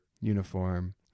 uniform